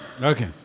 Okay